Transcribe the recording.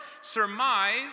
surmise